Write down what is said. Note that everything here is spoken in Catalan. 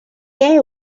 què